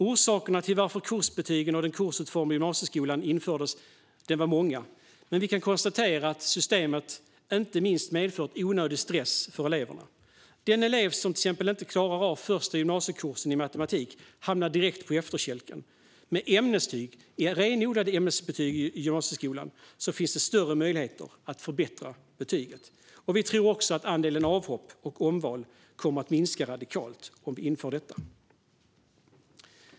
Orsakerna till att kursbetygen och den kursutformade gymnasieskolan infördes var många, men vi kan konstatera att systemet inte minst medfört onödig stress för eleverna. Den elev som till exempel inte klarar av första gymnasiekursen i matematik hamnar direkt på efterkälken. Med renodlade ämnesbetyg i gymnasieskolan finns det större möjligheter att förbättra betyget. Vi tror också att andelen avhopp och omval kommer att minska radikalt om vi inför detta.